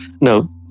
no